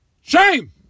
shame